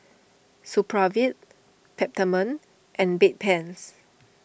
Supravit Peptamen and Bedpans